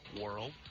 world